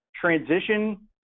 transition